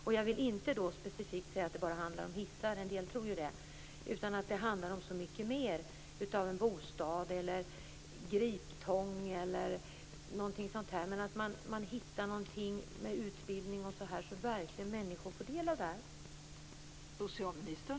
Det handlar inte specifikt om hissar, vilket många tror, utan det handlar om så mycket mer, t.ex. om bostadens utformning, om tillgång till griptång eller annat. Det gäller att hitta någon form av utbildning, så att människor verkligen får del av hjälpmedlen.